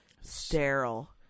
sterile